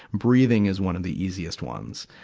breathing is one of the easiest ones.